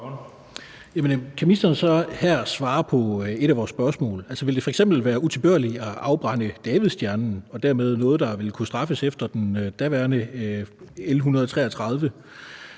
Kan ministeren så her svare på et af vores spørgsmål? Vil det f.eks. være utilbørligt at afbrænde davidsstjernen og dermed være noget, der vil kunne straffes efter det daværende L 133?